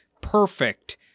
perfect